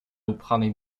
upchanej